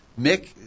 Mick